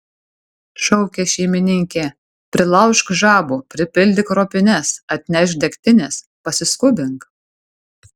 šaukė šeimininkė prilaužk žabų pripildyk ropines atnešk degtinės pasiskubink